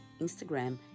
Instagram